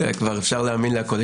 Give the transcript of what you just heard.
וכבר אפשר להאמין להכול.